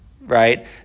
right